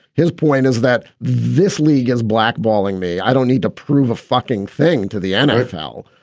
his point is that this league is blackballing me i don't need to prove a fucking thing to the nfl.